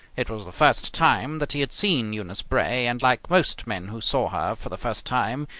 it was the first time that he had seen eunice bray, and, like most men who saw her for the first time,